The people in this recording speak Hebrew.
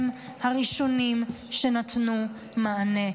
הם הראשונים שנתנו מענה.